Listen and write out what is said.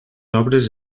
obres